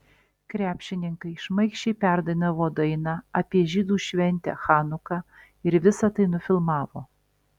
krepšininkai šmaikščiai perdainavo dainą apie žydų šventę chanuką ir visa tai nufilmavo